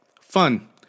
fun